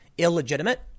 Illegitimate